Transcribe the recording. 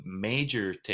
major